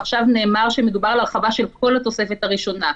ועכשיו נאמר שמדובר על הרחבה של כל התוספת הראשונה.